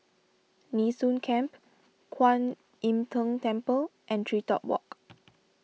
Nee Soon Camp Kwan Im Tng Temple and TreeTop Walk